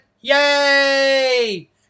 Yay